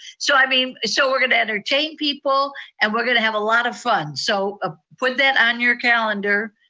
so i mean, so we're going to entertain people and we're going to have a lot of fun. so ah put that on your calendar.